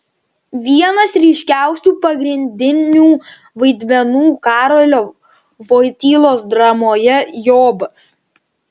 vienas ryškiausių pagrindinių vaidmenų karolio voitylos dramoje jobas